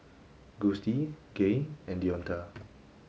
Gustie Gaye and Deonta